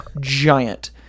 giant